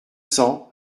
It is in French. cents